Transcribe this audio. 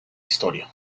historia